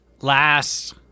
last